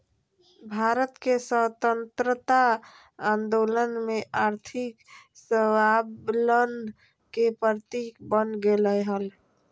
भारत के स्वतंत्रता आंदोलन में आर्थिक स्वाबलंबन के प्रतीक बन गेलय हल